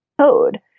code